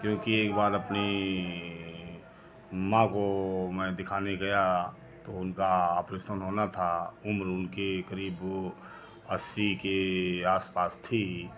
क्योंकि एक बार अपनी अम्मा को मैं दिखाने गया तो उनका आपरेसन होना था उम्र उनकी करीब अस्सी के आसपास थी